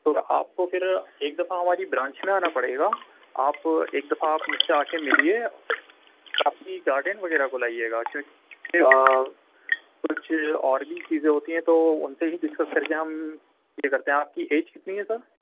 تو آپ کو پھر ایک دفعہ ہماری برانچ میں آنا پڑے گا آپ ایک دفعہ آپ مجھ سے آکے ملیے اپنی گارڈین وغیرہ کو لائیے گا کیونکہ کچھ اور بھی چیزیں ہوتی ہیں تو ان سے ہی ڈسکس کر کے ہم یہ کرتے ہیں آپ کی ایج کتنی ہے سر